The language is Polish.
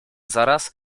zaraz